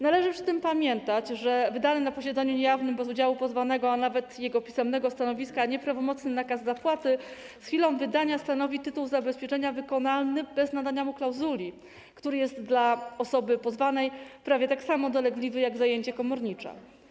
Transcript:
Należy przy tym pamiętać, że wydany na posiedzeniu niejawnym bez udziału pozwanego, a nawet jego pisemnego stanowiska, nieprawomocny nakaz zapłaty z chwilą wydania stanowi tytuł zabezpieczenia wykonalny bez nadania mu klauzuli, który jest dla osoby pozwanej prawie tak samo dolegliwy jak zajęcie komornicze.